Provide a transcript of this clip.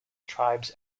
tribes